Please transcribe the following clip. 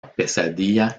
pesadilla